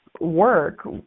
work